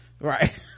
Right